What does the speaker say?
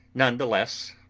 none the less,